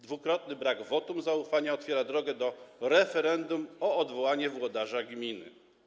Dwukrotny brak wotum zaufania otwiera drogę do referendum o odwołanie włodarza gminy.